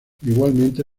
igualmente